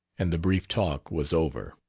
and the brief talk was over.